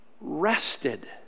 rested